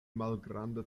malgranda